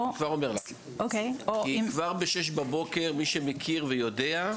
מי שמכיר ויודע,